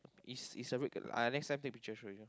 is is a red uh next time take picture show you